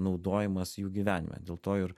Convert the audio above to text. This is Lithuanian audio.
naudojimas jų gyvenime dėl to ir